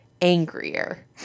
angrier